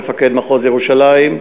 מפקד משטרת ירושלים.